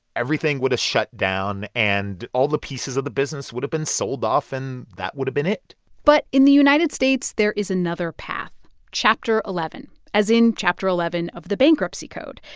everything would've shut down and all the pieces of the business would've been sold off, and that would've been it but in the united states, there is another path chapter eleven, as in chapter eleven of the bankruptcy code.